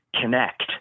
connect